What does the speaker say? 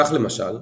כך למשל,